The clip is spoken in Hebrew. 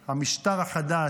המשטר החדש,